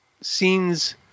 scenes